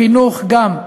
בחינוך גם,